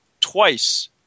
twice